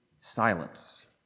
silence